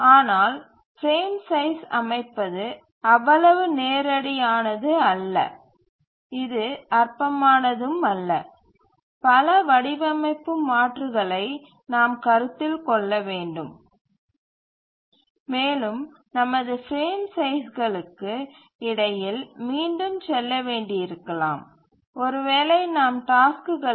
ஆனால் frame size அமைப்பது அவ்வளவு நேரடியானது அல்ல இது அற்பமானதும் அல்ல பல வடிவமைப்பு மாற்றுகளை நாம் கருத்தில் கொள்ள வேண்டும் மேலும் நமது பிரேம் சைஸ் களுக்கு இடையில் மீண்டும் செல்ல வேண்டியிருக்கலாம் ஒருவேளை நாம் டாஸ்க்குகளை